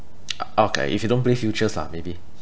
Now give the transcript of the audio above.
okay if you don't play futures lah maybe